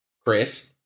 Chris